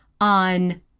on